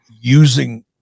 using